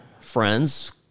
friends